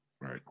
right